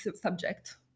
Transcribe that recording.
subject